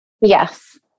Yes